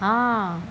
हँ